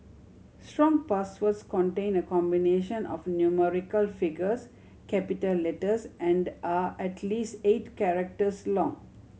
strong passwords contain a combination of numerical figures capital letters and are at least eight characters long